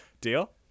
deal